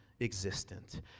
existent